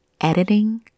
editing